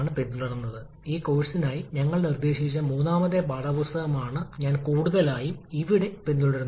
നിർദ്ദിഷ്ട വോളിയം വർദ്ധിപ്പിക്കുന്നതിന് ഒരേ കാരണം കാരണം നമുക്ക് ടർബൈനുകളെ 2 ഘട്ടങ്ങളായി വേർതിരിക്കാം